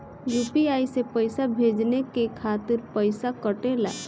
UPI से पइसा भेजने के खातिर पईसा कटेला?